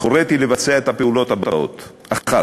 הוריתי לבצע את הפעולות הבאות: א.